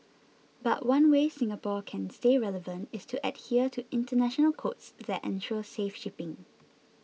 but one way Singapore can stay relevant is to adhere to international codes that ensure safe shipping